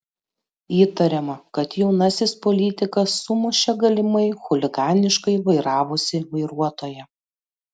įtariama kad jaunasis politikas sumušė galimai chuliganiškai vairavusį vairuotoją